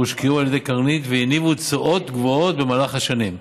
הושקעו על ידי קרנית והניבו תשואות גבוהות במהלך השנים.